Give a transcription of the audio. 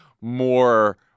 more